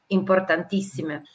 importantissime